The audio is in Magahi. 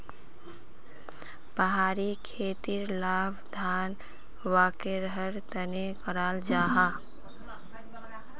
पहाड़ी खेतीर लाभ धान वागैरहर तने कराल जाहा